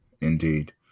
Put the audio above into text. indeed